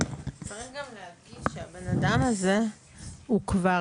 צריך גם להדגיש שהבן אדם הזה הוא כבר